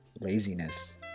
laziness